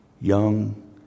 young